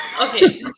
okay